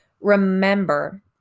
remember